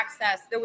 access